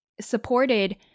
supported